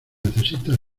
necesitas